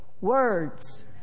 words